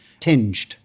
tinged